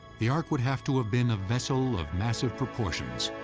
the ark would have to have been a vessel of massive proportions.